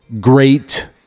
great